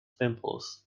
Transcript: pimples